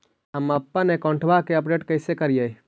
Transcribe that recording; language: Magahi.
हमपन अकाउंट वा के अपडेट कैसै करिअई?